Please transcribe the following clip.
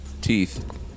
Teeth